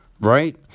right